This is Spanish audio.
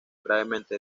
gravemente